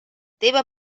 teva